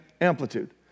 amplitude